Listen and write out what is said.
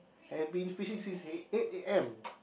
have been fishing since eight a_m